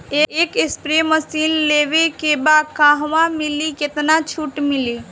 एक spray machine लेवे के बा कहवा मिली केतना छूट मिली?